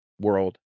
world